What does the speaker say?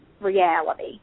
reality